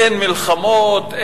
אין מלחמות,